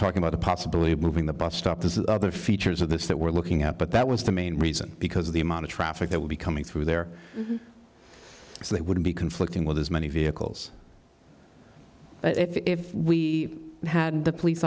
talking about the possibility of moving the bus stop this is other features of this that we're looking at but that was the main reason because of the amount of traffic that would be coming through there so that would be conflicting with as many vehicles if we had the police